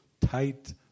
tight